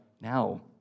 now